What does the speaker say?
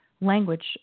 language